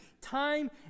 time